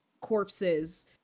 corpses